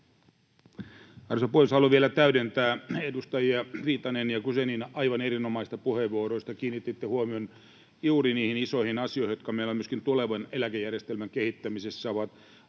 Arvoisa puhemies! Haluan vielä täydentää edustajia Viitanen ja Guzenina, aivan erinomaisia puheenvuoroja. Kiinnititte huomion juuri niihin isoihin asioihin, jotka meillä on myöskin tulevan eläkejärjestelmän kehittämisessä